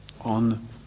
on